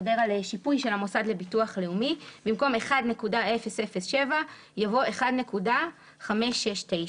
במקום "1.007" יבוא "1.569"."